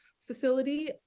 facility